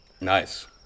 Nice